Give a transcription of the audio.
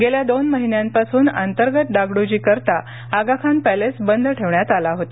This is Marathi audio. गेल्या दोन महिन्यांपासून अंतर्गत डागड्रजी करीता आगाखान पॅलेस बंद ठेवण्यात आला होता